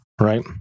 Right